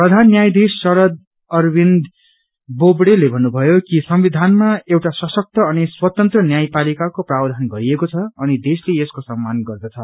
प्रधान न्यायाधिश शरद अरविन्द बोबड़ेले भन्नुभयो कि संविधनमा एउटा सशक्त अनि स्वतंत्र न्यायपालिकाको प्रावधान गरिएको छ अनि देशले यसको सम्मान गर्दछ